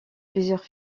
plusieurs